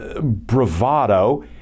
bravado